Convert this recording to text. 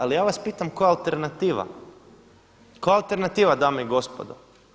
Ali ja vas pitam koja alternativa, koja je alternativa dame i gospodo?